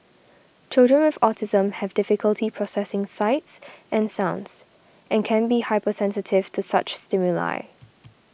children with autism have difficulty processing sights and sounds and can be hypersensitive to such stimuli